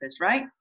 right